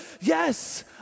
yes